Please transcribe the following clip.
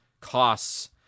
costs